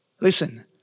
Listen